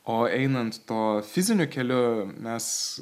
o einant to fiziniu keliu mes